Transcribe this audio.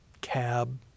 Cab